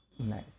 nice